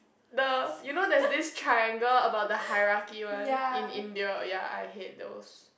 the you know there's this triangle about the hierarchy one in India ya I hate those